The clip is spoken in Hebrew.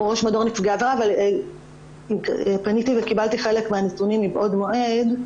אני ראש מדור נפגעי עבירה אבל פניתי וקיבלתי חלק מהנתונים מבעוד מועד.